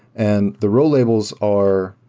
and the row labels are